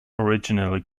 originally